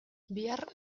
bihar